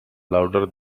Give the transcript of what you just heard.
louder